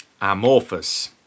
amorphous